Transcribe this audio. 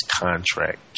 contract